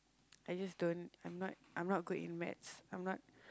I just don't I'm not I'm not good in math I'm not